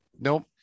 nope